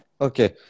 Okay